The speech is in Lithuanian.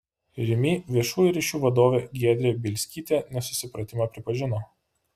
rimi viešųjų ryšių vadovė giedrė bielskytė nesusipratimą pripažino